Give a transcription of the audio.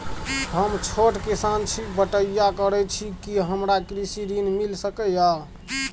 हम छोट किसान छी, बटईया करे छी कि हमरा कृषि ऋण मिल सके या?